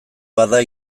bada